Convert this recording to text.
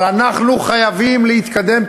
אבל אנחנו חייבים להתקדם,